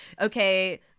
okay